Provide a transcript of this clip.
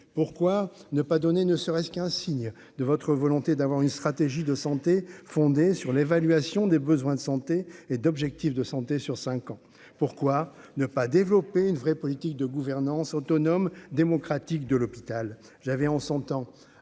pourquoi ne pas donner ne serait-ce qu'un signe de votre volonté d'avoir une stratégie de santé fondée sur l'évaluation des besoins de santé et d'objectifs de santé sur 5 ans, pourquoi ne pas développer une vraie politique de gouvernance autonome démocratique de l'hôpital,